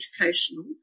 educational